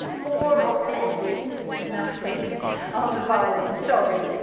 more or less isn't a good enough thing on the violin, sorry,